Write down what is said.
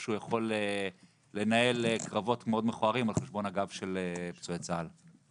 שהוא יכול לנהל קרבות מאוד מכוערים על חשבון הגב של פצועי צה"ל.